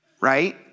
right